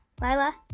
Lila